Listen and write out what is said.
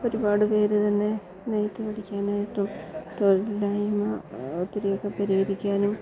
ഒരുപാടുപേരുതന്നെ നെയ്ത്ത് പഠിക്കാനായിട്ടും തൊഴ്ലില്ലായ്മ ഒത്തിരിയൊക്കെ പരിഹരിക്കാനും